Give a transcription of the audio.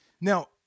Now